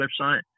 website